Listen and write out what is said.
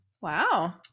Wow